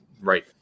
Right